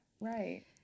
Right